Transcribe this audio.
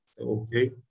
Okay